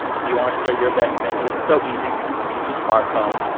if you want to share your best thing, it is so easy. just use your smartphone,